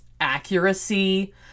accuracy